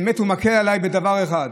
הוא מקל עליי בדבר אחד,